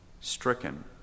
stricken